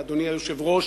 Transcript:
אדוני היושב-ראש,